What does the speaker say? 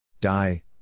Die